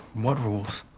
what rules.